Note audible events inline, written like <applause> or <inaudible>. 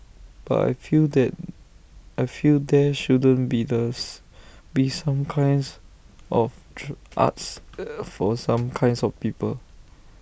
but I feel that I feel there shouldn't be <unintelligible> be some kinds of true arts <hesitation> for some <noise> kinds of people